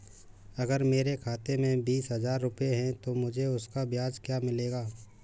अगर मेरे खाते में बीस हज़ार रुपये हैं तो मुझे उसका ब्याज क्या मिलेगा?